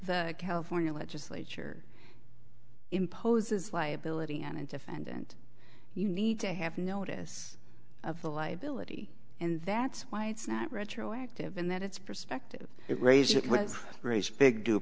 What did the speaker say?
the california legislature imposes liability on a defendant you need to have notice of the liability and that's why it's not retroactive in that it's prospective it raise it would raise big due